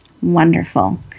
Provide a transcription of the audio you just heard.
Wonderful